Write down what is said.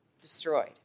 destroyed